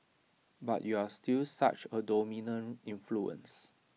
but you're still such A dominant influence